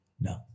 no